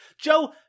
Joe